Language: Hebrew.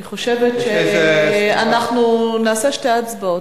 אני חושבת שנעשה שתי הצבעות,